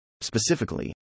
Specifically